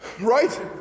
Right